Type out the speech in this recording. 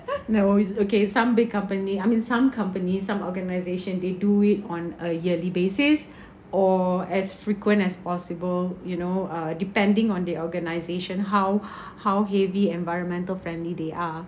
no always okay some big company I mean some companies some organisation they do it on a yearly basis or as frequent as possible you know uh depending on the organisation how how heavy environmental friendly they are